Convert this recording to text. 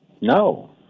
No